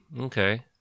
Okay